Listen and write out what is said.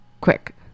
quick